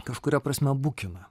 kažkuria prasme bukina